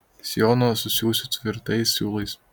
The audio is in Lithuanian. sijoną susiųsiu tvirtais siūlais